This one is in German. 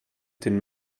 den